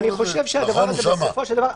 ואני חושב שבסופו של דבר,